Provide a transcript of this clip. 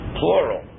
plural